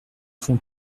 font